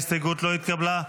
ההסתייגות לא התקבלה.